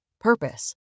purpose